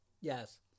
Yes